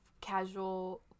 casual